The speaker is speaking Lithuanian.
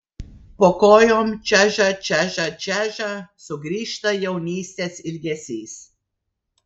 po kojom čeža čeža čeža sugrįžta jaunystės ilgesys